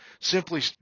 Simply